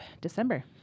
December